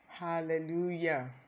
hallelujah